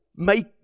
make